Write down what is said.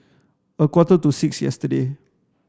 a quarter to six yesterday